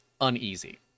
uneasy